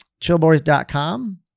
chillboys.com